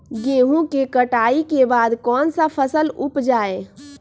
गेंहू के कटाई के बाद कौन सा फसल उप जाए?